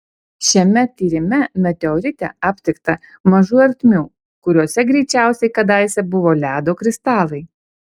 šiame tyrime meteorite aptikta mažų ertmių kuriose greičiausiai kadaise buvo ledo kristalai